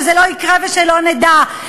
שזה לא יקרה ושלא נדע,